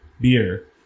beer